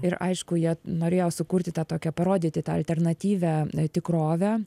ir aišku jie norėjo sukurti tą tokią parodyti tą alternatyvią tikrovę